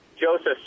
Joseph